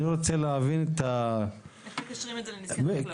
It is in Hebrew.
אני רוצה להבין --- איך מקשרים את זה לנזקי חקלאות.